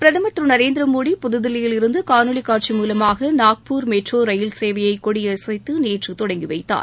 பிரதமர் திரு நரேந்திர மோடி புதுதில்லியில் இருந்து காணொலி காட்சி மூலமாக நாக்பூர் மெட்ரோ ரயில் சேவையை கொடி அசைத்து நேற்று தொடங்கி வைத்தார்